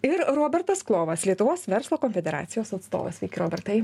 ir robertas klovas lietuvos verslo konfederacijos atstovas sveiki robertai